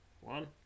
One